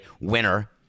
winner